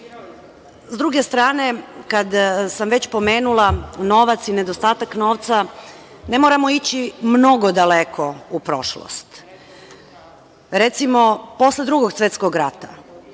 druge strane, kada sam već pomenula novac i nedostatak novca, ne moramo ići mnogo daleko u prošlost. Recimo, posle Drugog svetskog rata,